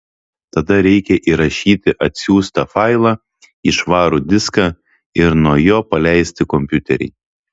tada reikia įrašyti atsiųstą failą į švarų diską ir nuo jo paleisti kompiuterį